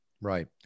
right